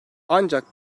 ancak